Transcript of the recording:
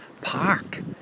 park